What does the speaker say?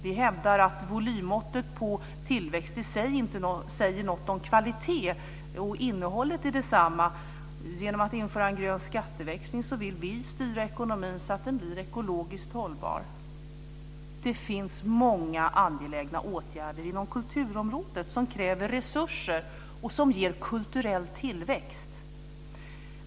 Vi hävdar att volymmåttet på tillväxt i sig inte säger något om kvaliteten och innehållet i detsamma. Genom att införa en grön skatteväxling vill vi styra ekonomin så att den blir ekologiskt hållbar. Det finns många angelägna åtgärder inom kulturområdet som kräver resurser och som ger kulturell tillväxt.